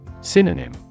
Synonym